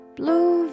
blue